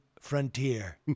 frontier